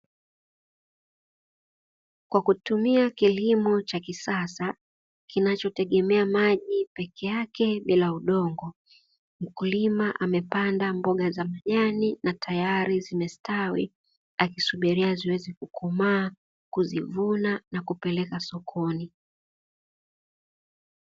Kwa kutumia kilimo cha kisasa kinachotegemea maji peke yake bila udongo, mkulima amepanda mboga za majani na tayari zimestawi akisubiria ziweze kukomaa, kuzivuna na kupeleka sokoni.